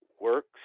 works